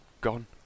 gone